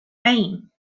aim